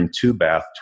two-bath